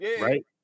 Right